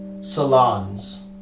salons